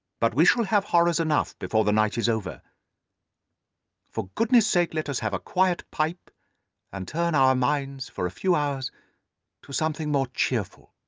but we shall have horrors enough before the night is over for goodness' sake let us have a quiet pipe and turn our minds for a few hours to something more cheerful.